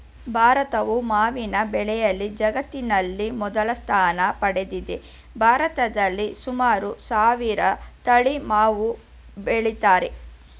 ಭಾರತವು ಮಾವಿನ ಬೆಳೆಯಲ್ಲಿ ಜಗತ್ತಿನಲ್ಲಿ ಮೊದಲ ಸ್ಥಾನ ಪಡೆದಿದೆ ಭಾರತದಲ್ಲಿ ಸುಮಾರು ಸಾವಿರ ತಳಿ ಮಾವು ಬೆಳಿತಾರೆ